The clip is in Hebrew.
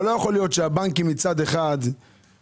אבל לא יכול להיות שהבנקים מצד אחד יבואו